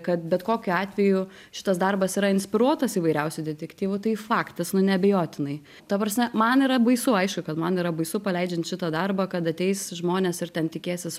kad bet kokiu atveju šitas darbas yra inspiruotas įvairiausių detektyvų tai faktas neabejotinai ta prasme man yra baisu aišku kad man yra baisu paleidžiant šitą darbą kad ateis žmonės ir ten tikėsis